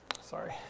Sorry